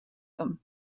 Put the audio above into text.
them